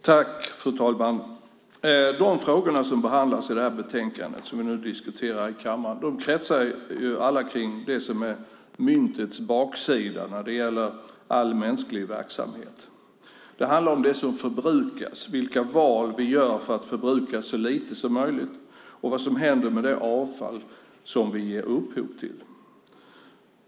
Fru talman! De frågor som behandlas i det betänkande som vi nu diskuterar i kammaren kretsar alla kring det som är myntets baksida när det gäller all mänsklig verksamhet. Det handlar om det som förbrukas, vilka val vi gör för att förbruka så lite som möjligt och vad som händer med det avfall som vi ger upphov till.